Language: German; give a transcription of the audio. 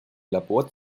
labor